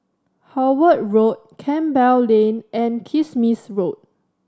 Howard Road Campbell Lane and Kismis Road